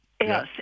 Yes